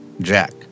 Jack